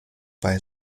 bei